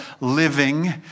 living